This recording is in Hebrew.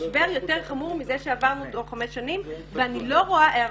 למשבר יותר חמור מזה שעברנו חמש שנים ואני לא רואה היערכות.